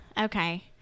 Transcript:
Okay